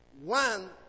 one